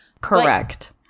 correct